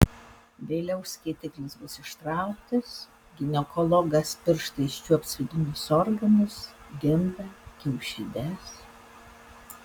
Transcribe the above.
vėliau skėtiklis bus ištrauktas ginekologas pirštais čiuops vidinius organus gimdą kiaušides